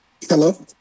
Hello